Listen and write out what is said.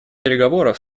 переговоров